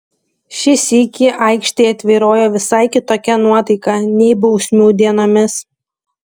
šį sykį aikštėje tvyrojo visai kitokia nuotaika nei bausmių dienomis